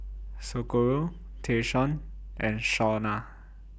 Socorro Tayshaun and Shawna